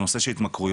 בנושא של התמכרויות.